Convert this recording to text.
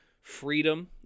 freedom